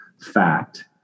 fact